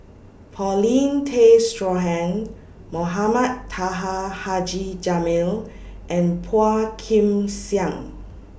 Paulin Tay Straughan Mohamed Taha Haji Jamil and Phua Kin Siang